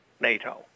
NATO